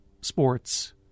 sports